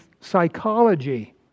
psychology